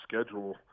schedule